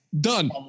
done